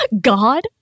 God